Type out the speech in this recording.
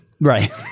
Right